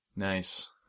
Nice